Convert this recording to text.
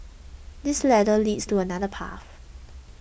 this ladder leads to another path